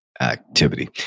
Activity